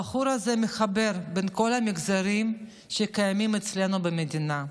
הבחור הזה מחבר בין כל המגזרים שקיימים אצלנו במדינה.